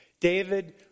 David